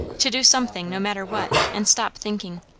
to do something, no matter what, and stop thinking.